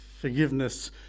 forgiveness